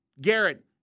Garrett